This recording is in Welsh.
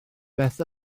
beth